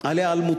על היעלמותה.